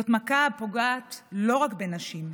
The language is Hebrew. זאת מכה שפוגעת לא רק בנשים,